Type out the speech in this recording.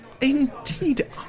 indeed